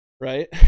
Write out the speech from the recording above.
right